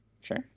Sure